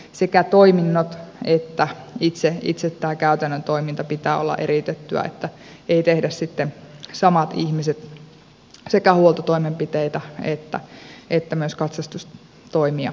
sekä toimintojen että itse tämän käytännön toiminnan pitää olla eriytettyä niin että samat ihmiset eivät tee sekä huoltotoimenpiteitä että myös katsastustoimia ajoneuvolle